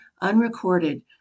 unrecorded